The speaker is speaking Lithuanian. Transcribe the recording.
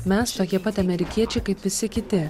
mes tokie pat amerikiečiai kaip visi kiti